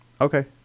okay